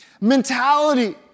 mentality